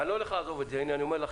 אני אומר לכם,